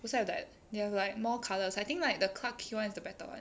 beside that they have like more colours I think like the clarke quay [one] is the better [one]